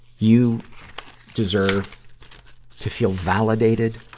you deserve to feel validated.